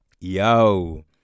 Yo